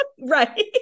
Right